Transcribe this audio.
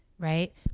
Right